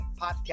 podcast